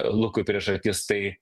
lukui prieš akis tai